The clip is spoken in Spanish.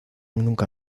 nunca